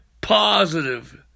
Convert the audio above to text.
positive